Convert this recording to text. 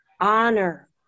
honor